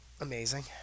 amazing